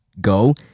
go